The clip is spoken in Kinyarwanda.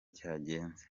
cyagenze